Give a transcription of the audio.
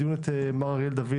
בואו נזמין לדיון את מר אריאל דוידי,